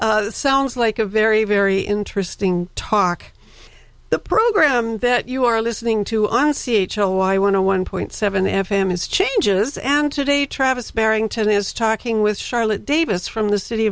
anyway sounds like a very very interesting talk the program that you are listening to on c h o y went to one point seven f m is changes and today travis barrington is talking with charlotte davis from the city